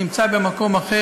נדבר אתכן.